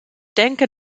denke